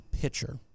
pitcher